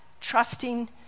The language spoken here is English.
trusting